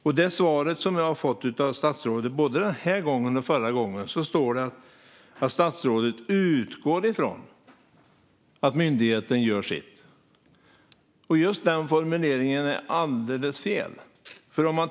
I det svar jag fått från statsrådet, både den här gången och förra gången, säger han att han "utgår från" att myndigheten gör sitt. Just den formuleringen är alldeles fel.